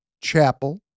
chapel